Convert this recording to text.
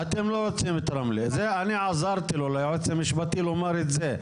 אני עזרתי ליועץ המשפטי לומר את זה.